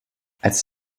als